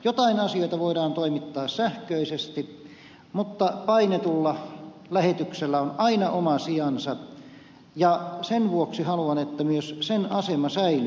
joitain asioita voidaan toimittaa sähköisesti mutta painetulla lähetyksellä on aina oma sijansa ja sen vuoksi haluan että myös sen asema säilyy